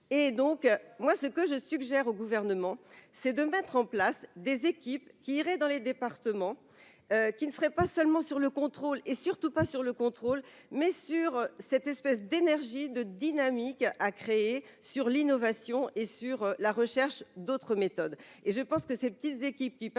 et donc moi ce que je suggère au gouvernement c'est de mettre en place des équipes qui irait dans les départements qui ne serait pas seulement sur le contrôle et surtout pas sur le contrôle, mais sur cette espèce d'énergie de dynamique à créer sur l'innovation et sur la recherche d'autres méthodes et je pense que ces petites équipes qui passerait